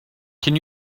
can